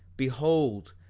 behold,